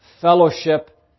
fellowship